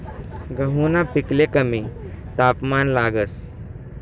गहूना पिकले कमी तापमान लागस